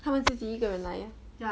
他们自己一个人来 meh